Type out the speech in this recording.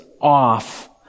off